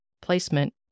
placement